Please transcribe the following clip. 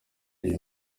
iyi